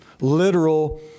literal